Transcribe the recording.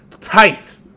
tight